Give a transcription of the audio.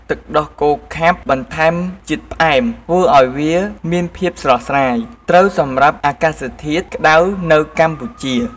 ទឹកដោះគោខាប់បន្ថែមជាតិផ្អែម ធ្វើឱ្យវាមានភាពស្រស់ស្រាយ ត្រូវសម្រាប់អាកាសធាតុក្តៅនៅកម្ពុជា។